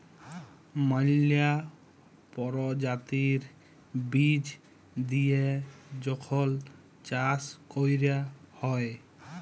ম্যালা পরজাতির বীজ দিঁয়ে যখল চাষ ক্যরা হ্যয়